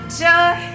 joy